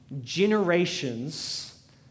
generations